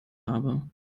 habe